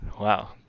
Wow